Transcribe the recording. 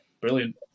Brilliant